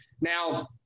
now